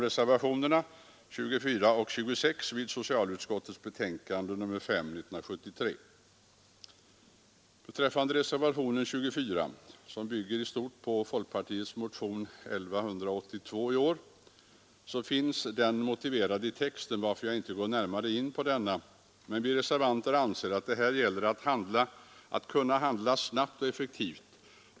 Reservationen 24 som i stort bygger på folkpartiets motion 1182 i år finns motiverad i texten, varför jag inte går närmare in på denna. Men vi reservanter anser att det här gäller att kunna handla snabbt och effektivt.